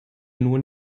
nur